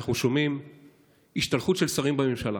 אנחנו שומעים השתלחות של שרים בממשלה,